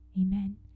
Amen